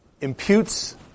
imputes